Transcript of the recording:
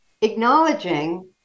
acknowledging